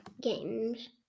games